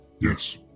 Yes